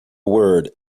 word